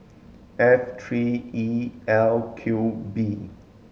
F three E L Q B